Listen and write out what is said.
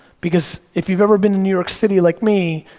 because if you've ever been to new york city like me,